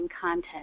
content